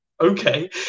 okay